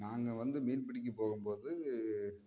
நாங்கள் வந்து மீன் பிடிக்கப் போகும்போது